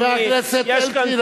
חבר הכנסת אלקין,